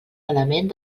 element